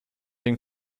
den